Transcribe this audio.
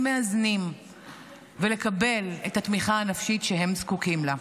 מאזנים ולקבל את התמיכה הנפשית שהם זקוקים לה.